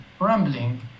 rambling